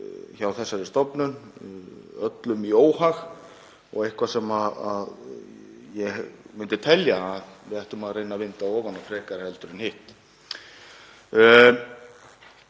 hjá þessari stofnun, öllum í óhag. Það er eitthvað sem ég myndi telja að við ættum að reyna að vinda ofan af frekar en hitt.